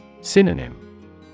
Synonym